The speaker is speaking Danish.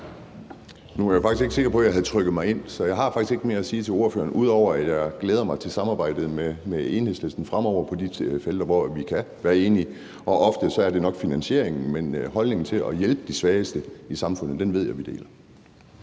Nu er jeg faktisk ikke sikker på, jeg havde trykket mig ind, så jeg har faktisk ikke mere at sige til ordføreren, ud over at jeg glæder mig til samarbejdet med Enhedslisten fremover på de felter, hvor vi kan være enige. Og ofte er det nok finansieringen, der skiller os, men holdningen til at hjælpe de svageste i samfundet ved jeg vi deler.